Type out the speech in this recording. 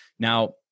Now